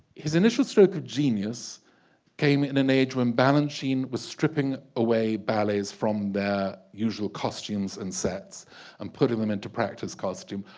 his initial stroke of genius came in an age when balanchine was stripping away ballets from their usual costumes and sets and putting them into practice costume.